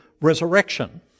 resurrection